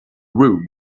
room